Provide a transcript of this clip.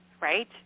right